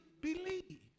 believe